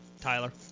tyler